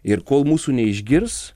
ir kol mūsų neišgirs